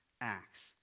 acts